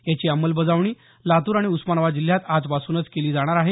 याची अंमलबजावणी लातूर आणि उस्मानाबाद जिल्ह्यात आजपासून केली जाणार आहे